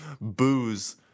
booze